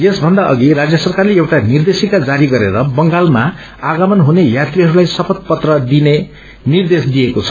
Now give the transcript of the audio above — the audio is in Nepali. यसभन्दा अधि राज्य सरकारले एउटा निर्देशिका जारी गरेर बंगालमा आगमन हुने यात्रीहरूलाई शपथ पत्र दिइने निर्देश दिइएको छ